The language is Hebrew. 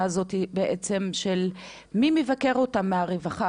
הזאת של מי בעצם מבקר אותם מטעם הרווחה?